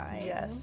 Yes